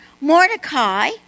Mordecai